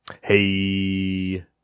Hey